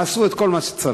עשו את כל מה שצריך,